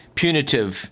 punitive